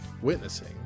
witnessing